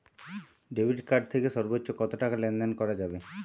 Debit card থেকে সর্বোচ্চ কত টাকা লেনদেন করা যাবে?